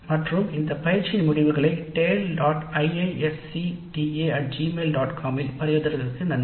com இல் இந்த பயிற்சியின் முடிவுகளை பகிருங்கள்